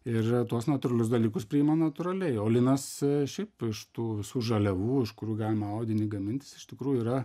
ir tuos natūralius dalykus priima natūraliai o linas šiaip iš tų visų žaliavų iš kurių galime audinį gamintis iš tikrųjų yra